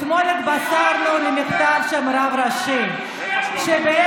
אתמול התבשרנו מהמכתב של הרב הראשי שבעצם,